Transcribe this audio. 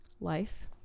life